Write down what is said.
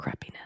crappiness